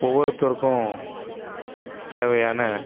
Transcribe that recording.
ஒவ்வொருத்தருக்கும் தேவையான